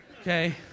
Okay